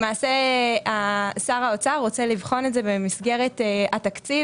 למעשה, שר האוצר רוצה לבחון את זה במסגרת התקציב.